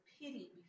pity